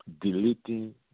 deleting